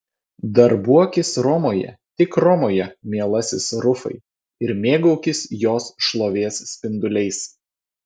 darbuokis romoje tik romoje mielasis rufai ir mėgaukis jos šlovės spinduliais